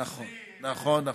נכון.